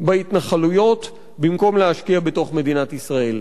בהתנחלויות במקום להשקיע בתוך מדינת ישראל.